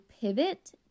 pivot